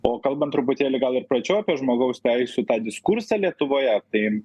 o kalbant truputėlį gal ir plačiau apie žmogaus teisių tą diskursą lietuvoje tai